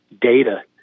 data